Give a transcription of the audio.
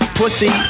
pussy